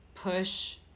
push